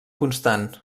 constant